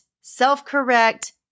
self-correct